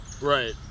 right